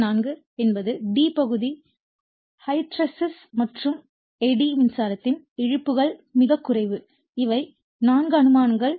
எண் 4 என்பது d பகுதி ஹிஸ்டரேசிஸ் மற்றும் எடி மின்சாரத்தின் இழப்புகள் மிகக் குறைவு இவை 4 அனுமானங்கள்